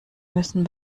müssen